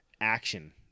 action